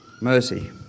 mercy